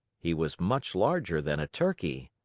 he was much larger than a turkey.